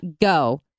go